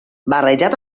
barrejat